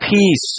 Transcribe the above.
Peace